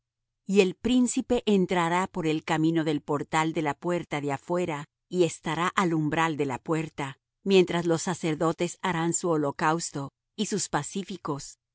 y el príncipe entrará por el camino del portal de la puerta de afuera y estará al umbral de la puerta mientras los sacerdotes harán su holocausto y sus pacíficos